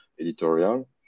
editorial